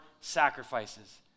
sacrifices